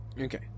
Okay